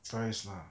price lah